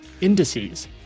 Indices